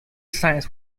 signs